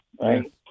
right